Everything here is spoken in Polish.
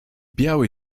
biały